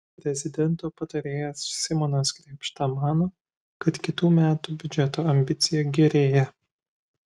prezidento patarėjas simonas krėpšta mano kad kitų metų biudžeto ambicija gerėja